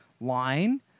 line